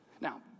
Now